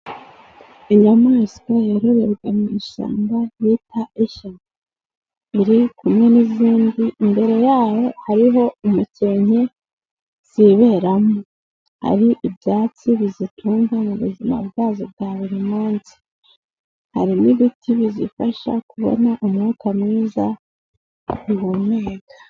Inyamaswa yororerwa mu ishyamba bita ishya, iri kumwe n'izindi imbere yaho hariho umukenke ziberamo, hari ibyatsi bizitunga mu buzima bwazo bwa buri munsi, hari n'ibiti bizifasha kubona umwuka mwiza bihumeka.